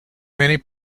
many